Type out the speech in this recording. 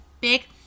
big